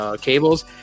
cables